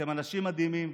אתם אנשים מדהימים,